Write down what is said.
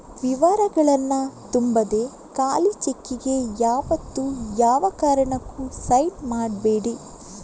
ವಿವರಗಳನ್ನ ತುಂಬದೆ ಖಾಲಿ ಚೆಕ್ಕಿಗೆ ಯಾವತ್ತೂ ಯಾವ ಕಾರಣಕ್ಕೂ ಸೈನ್ ಮಾಡ್ಬೇಡಿ